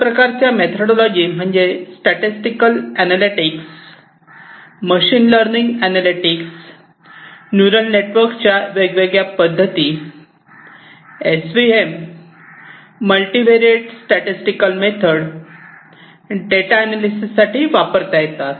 अशा प्रकारच्या मेथोडोलॉजी म्हणजे statistical analytics machine learning analytics neural नेटवर्कच्या वेगवेगळ्या पद्धती S V M multi variate statistical method data analyses साठी वापरता येतात